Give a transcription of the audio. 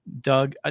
Doug